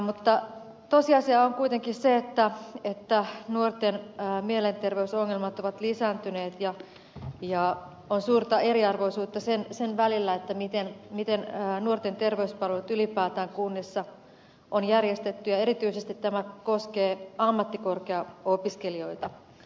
mutta tosiasia on kuitenkin se että nuorten mielenterveysongelmat ovat lisääntyneet ja on suurta eriarvoisuutta sen välillä miten nuorten terveyspalvelut ylipäätään kunnissa on järjestetty ja erityisesti tämä koskee ammattikorkeaopiskelijoita